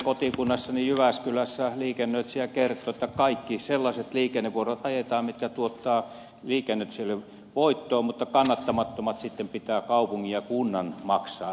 kotikunnassani jyväskylässä liikennöitsijä kertoi että kaikki sellaiset liikennevuorot ajetaan mitkä tuottavat liikennöitsijöille voittoa mutta kannattamattomat pitää kaupungin ja kunnan maksaa